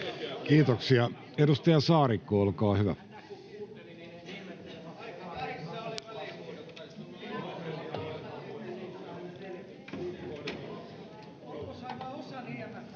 Kiitoksia. — Edustaja Saarikko, olkaa hyvä.